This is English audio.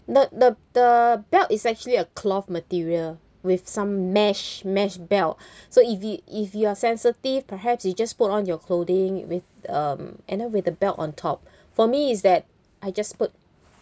the the the belt is actually a cloth material with some mesh mesh belt so if you if you are sensitive perhaps you just put on your clothing with um and then with a belt on top for me is that I just put